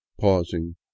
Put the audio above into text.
pausing